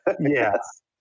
Yes